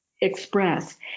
express